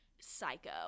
psycho